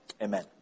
Amen